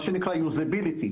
מה שנקרא usability.